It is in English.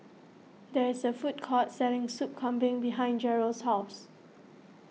there is a food court selling Sup Kambing behind Jerrel's house